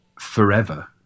forever